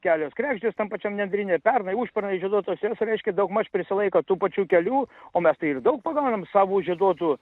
kelios kregždės tam pačiam nendrinė pernai užpernai žieduotos jos reiškia daugmaž prisilaiko tų pačių kelių o mes tai ir daug pagaunam savo žieduotų